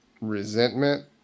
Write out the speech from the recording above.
resentment